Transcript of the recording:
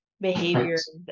behaviors